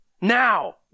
now